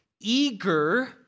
eager